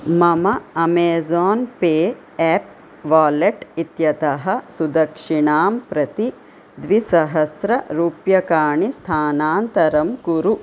मम Amazon pay app wallet इत्यतः सुदक्षिणां प्रति द्विसहस्ररूप्यकाणि स्थानान्तरं कुरु